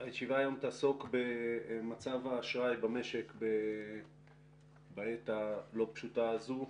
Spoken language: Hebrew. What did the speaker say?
הישיבה היום תעסוק במצב האשראי במשק בעת הלא פשוטה הזאת.